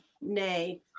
nay